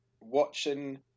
watching